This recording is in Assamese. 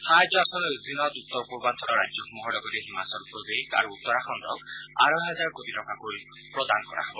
সাহায্য আঁচনিৰ অধীনত উত্তৰ পূৰ্বাঞ্চলৰ ৰাজ্যসমূহৰ লগতে হিমাচল প্ৰদেশ আৰু উত্তৰাখণ্ডক আঢ়ৈ হাজাৰ কোটি টকাকৈ প্ৰদান কৰা হ'ব